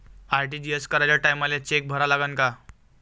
RTGS कराच्या टायमाले cheque भरा लागन का?